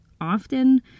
often